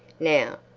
now,